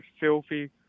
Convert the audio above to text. filthy